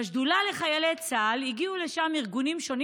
לשדולה לחיילי צה"ל הגיעו ארגונים שונים